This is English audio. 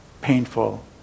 painful